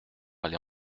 aller